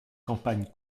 campagne